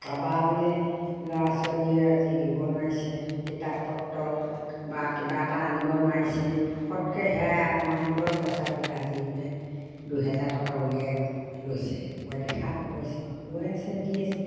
কাৰোবাৰ বোলে ল'ৰা ছোৱালীয়ে আজি দিব নোৱাৰিছে কিতাপ পত্ৰ বা কিবা এটা আনিব নোৱাৰিছে পটককৈ সেয়া আত্মসহায়ক গোটৰ পইচা বোলে আজি বোলে দুহেজাৰ টকা উলিয়াই লওঁ লৈছে দেখাত লৈছে লৈ আছে দি আছে